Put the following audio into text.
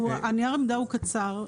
אז ככה, נייר העמדה הוא קצר.